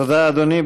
תודה, אדוני.